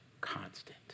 constant